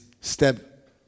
step